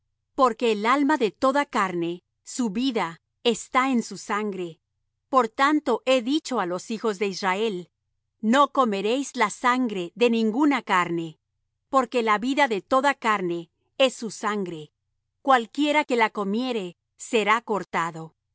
porque el alma de toda carne su vida está en su sangre por tanto he dicho á los hijos de israel no comeréis la sangre de ninguna carne porque la vida de toda carne es su sangre cualquiera que la comiere será cortado